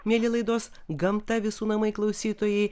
mieli laidos gamta visų namai klausytojai